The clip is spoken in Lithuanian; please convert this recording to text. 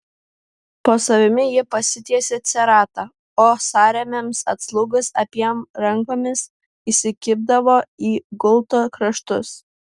po savimi ji pasitiesė ceratą o sąrėmiams atslūgus abiem rankomis įsikibdavo į gulto kraštus